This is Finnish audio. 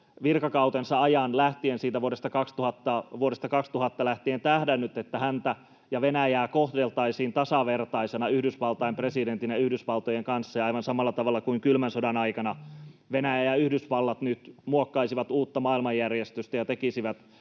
virkakautensa ajan, vuodesta 2000 lähtien tähdännyt, että häntä ja Venäjää kohdeltaisiin tasavertaisena Yhdysvaltain presidentin ja Yhdysvaltojen kanssa ja aivan samalla tavalla kuin kylmän sodan aikana Venäjä ja Yhdysvallat nyt muokkaisivat uutta maailmanjärjestystä ja tekisivät